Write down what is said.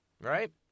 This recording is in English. right